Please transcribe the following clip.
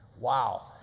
Wow